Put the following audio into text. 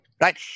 Right